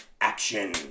action